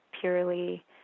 purely